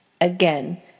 Again